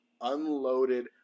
unloaded